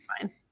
fine